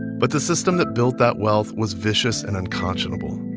but the system that built that wealth was vicious and unconscionable.